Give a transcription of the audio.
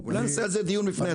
אולי נעשה על זה דיון בפני עצמו.